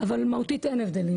אבל מהותית אין הבדלים